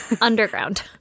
underground